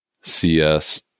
CS